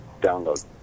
download